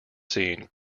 scene